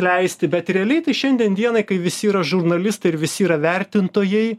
leisti bet realiai tai šiandien dienai kai visi yra žurnalistai ir visi yra vertintojai